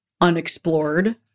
unexplored